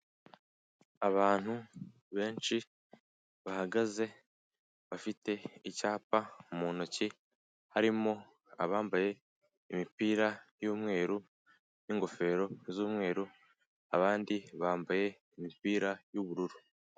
Abantu benshi bahagaze bafite icyapa mu ntoki, harimo abambaye imipira y'umweru n'ingofero z'umweru, abandi bambaye imipira y'ubururu.